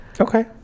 Okay